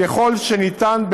ככל שניתן,